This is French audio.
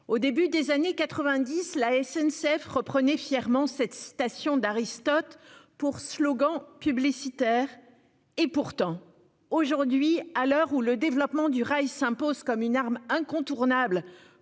au début des années 90, la SNCF reprenez fièrement cette citation d'Aristote pour slogan publicitaire et pourtant aujourd'hui à l'heure où le développement du rail s'impose comme une arme incontournable